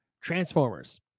transformers